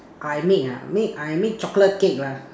I make ah I make I make chocolate cake lah